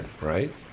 right